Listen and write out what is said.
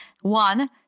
One